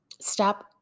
stop